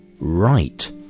right